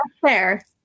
Fair